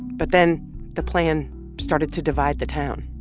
but then the plan started to divide the town